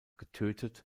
getötet